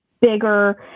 bigger